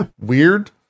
weird